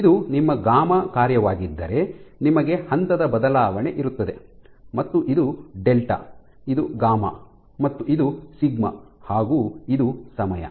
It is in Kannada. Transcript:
ಇದು ನಿಮ್ಮ ಗಾಮಾ γ ಕಾರ್ಯವಾಗಿದ್ದರೆ ನಿಮಗೆ ಹಂತದ ಬದಲಾವಣೆ ಇರುತ್ತದೆ ಮತ್ತು ಇದು ಡೆಲ್ಟಾ ಇದು ಗಾಮಾ γ ಮತ್ತು ಇದು ಸಿಗ್ಮಾ ಹಾಗು ಇದು ಸಮಯ